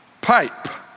pipe